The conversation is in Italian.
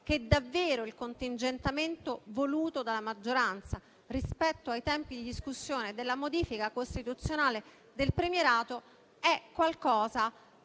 che davvero il contingentamento voluto dalla maggioranza rispetto ai tempi di discussione della modifica costituzionale del premierato è